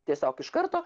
tiesiog iš karto